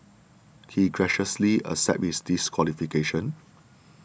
he graciously accepted his disqualification